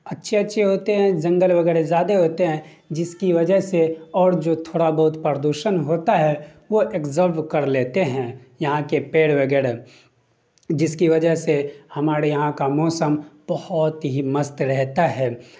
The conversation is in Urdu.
اچھے اچھے ہوتے ہیں جنگل وغیرہ زیادہ ہوتے ہیں جس کی وجہ سے اور جو تھوڑا بہت پردوشن ہوتا ہے وہ ایگزرو کر لیتے ہیں یہاں کے پیڑ وغیرہ جس کی وجہ سے ہمارے یہاں کا موسم بہت ہی مست رہتا ہے